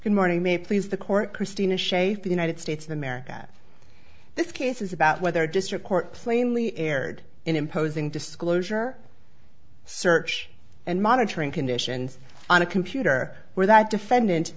good morning may please the court christina schaefer united states of america this case is about whether district court plainly erred in imposing disclosure search and monitoring conditions on a computer where that defendant